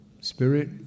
spirit